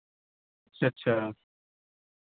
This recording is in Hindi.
अच्छा